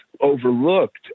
overlooked